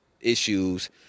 issues